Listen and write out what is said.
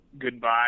goodbye